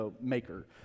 maker